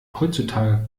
heutzutage